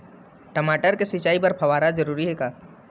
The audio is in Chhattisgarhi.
टमाटर के सिंचाई बर फव्वारा जरूरी हे का?